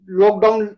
lockdown